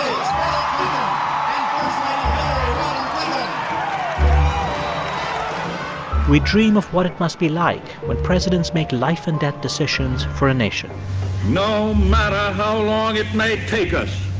um we dream of what it must be like when presidents make life and death decisions for a nation no matter how long it may take us